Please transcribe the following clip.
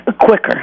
Quicker